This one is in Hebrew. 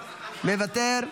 מוותר,